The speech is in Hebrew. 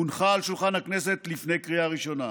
הונחה על שולחן הכנסת לפני קריאה ראשונה.